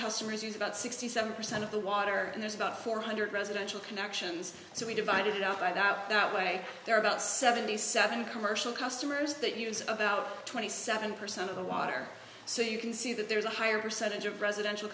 customers use about sixty seven percent of the water and there's about four hundred residential connections so we divide it up and out that way there are about seventy seven commercial customers that use about twenty seven percent of the water so you can see that there's a higher percentage of residential